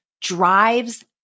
drives